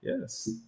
yes